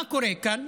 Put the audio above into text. מה קורה כאן?